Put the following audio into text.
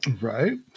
right